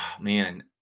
man